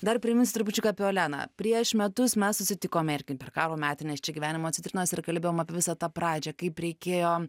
dar priminsiu trupučiuką apie oleną prieš metus mes susitikome ir kaip per karo metines čia gyvenimo citrinose ir kalbėjom apie visą tą pradžią kaip reikėjo